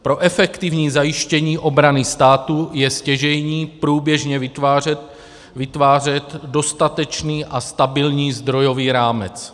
Pro efektivní zajištění obrany státu je stěžejní průběžně vytvářet dostatečný a stabilní zdrojový rámec.